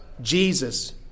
Jesus